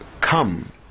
come